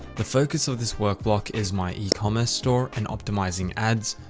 the focus of this work block is my e-commerce store and optimizing ads,